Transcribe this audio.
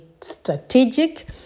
strategic